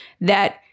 that-